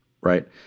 right